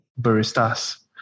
baristas